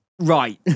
Right